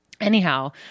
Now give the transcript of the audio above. Anyhow